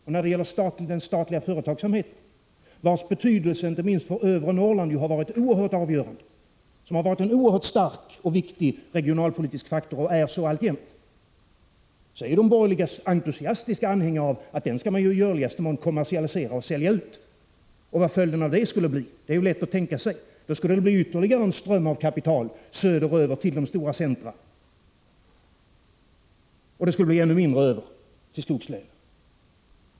Vad gäller den statliga företagsamheten, vars betydelse, inte minst för övre Norrland, har varit oerhört avgörande, som har varit en oerhört stark och viktig regionalpolitisk faktor, och är så alltjämt, är de borgerliga entusiastiska anhängare av att man i görligaste mån skall kommersialisera och sälja ut. Vad följden av det skulle bli är lätt att tänka sig. Då skulle det gå ytterligare en ström av kapital söderut till de stora centrumen. Det skulle bli ännu mindre över till skogslänen.